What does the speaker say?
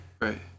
Right